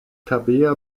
tabea